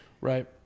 Right